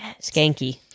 Skanky